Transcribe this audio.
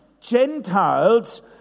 Gentiles